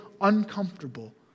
uncomfortable